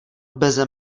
beze